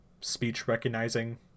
speech-recognizing